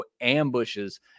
ambushes